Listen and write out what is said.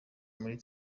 muri